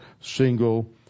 single